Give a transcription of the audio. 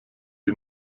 die